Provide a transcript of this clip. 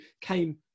came